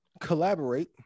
collaborate